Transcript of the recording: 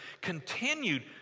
continued